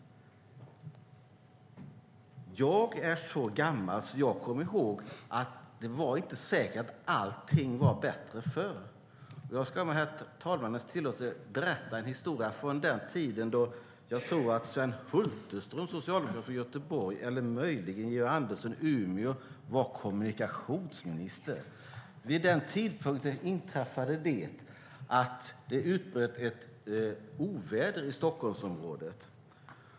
Jag är så gammal att jag kommer ihåg att allt inte säkert var bättre förr. Jag ska med talmannens tillåtelse berätta en historia från den tid då Sven Hulterström, socialdemokrat från Göteborg, eller möjligen Georg Andersson, Umeå, var kommunikationsminister. Vid den tiden inträffade det att det utbröt ett oväder i Stockholmsområdet.